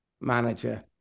Manager